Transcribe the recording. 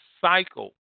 cycle